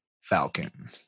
Falcon